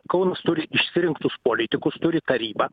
kaunas turi išsirinktus politikus turi tarybą